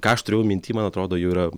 ką aš turėjau minty man atrodo jau yra